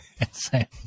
Insane